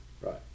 right